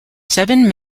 seven